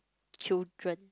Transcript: children